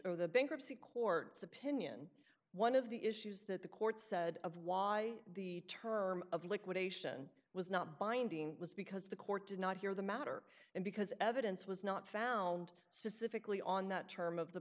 destro the bankruptcy courts opinion one of the issues that the court said of why the term of liquidation was not binding was because the court did not hear the matter because evidence was not found specifically on that term of the